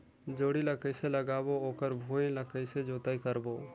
जोणी ला कइसे लगाबो ओकर भुईं ला कइसे जोताई करबो?